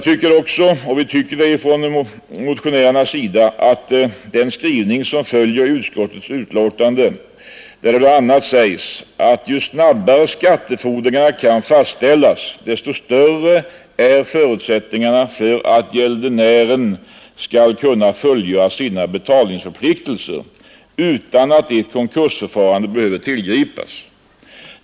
I sitt betänkande skriver utskottet: ”Ju snabbare skattefordringarna kan fastställas, desto större är förutsättningarna för att gäldenären skall kunna fullgöra sina betalningsförpliktelser utan att ett konkursförfarande behöver tillgripas.